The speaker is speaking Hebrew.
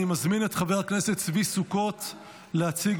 אני מזמין את חבר הכנסת צבי סוכות להציג,